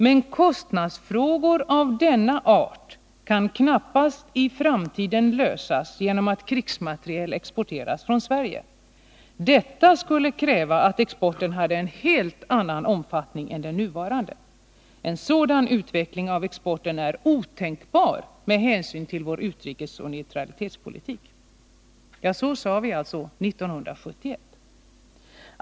Men kostnadsfrågor av denna art kan knappast i framtiden lösas genom att krigsmateriel exporteras från Sverige. Detta skulle kräva att exporten hade en helt annan omfattning än den nuvarande. En sådan utveckling av exporten är otänkbar med hänsyn till vår utrikesoch neutralitetspolitik.” Så sade man alltså 1971.